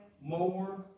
more